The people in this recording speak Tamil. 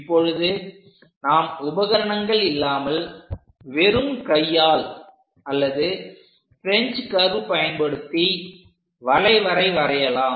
இப்பொழுது நாம் உபகரணங்கள் இல்லாமல் வெறும் கையால் அல்லது பிரெஞ்ச் கர்வ் பயன்படுத்தி வளைவரை வரையலாம்